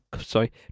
sorry